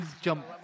jump